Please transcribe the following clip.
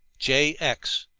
j x.